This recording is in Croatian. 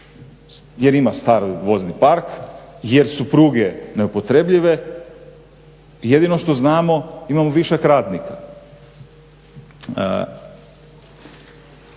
jer ima stari vozni park, jer su pruge neupotrebljive. Jedino što znamo, imamo višak radnika.